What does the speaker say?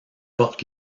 portent